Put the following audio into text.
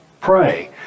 pray